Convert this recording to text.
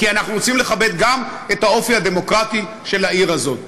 כי אנחנו רוצים לכבד גם את האופי הדמוקרטי של העיר הזאת.